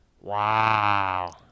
Wow